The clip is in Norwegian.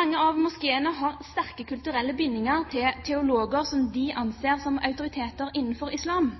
Mange av moskeene har sterke kulturelle bindinger til teologer som de anser som